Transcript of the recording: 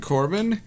Corbin